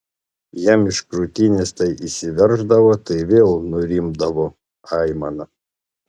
jam iš krūtinės tai išsiverždavo tai vėl nurimdavo aimana